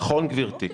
נכון, גברתי.